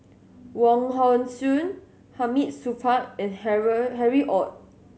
Wong Hong Suen Hamid Supaat and Harry Ord